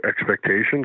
expectations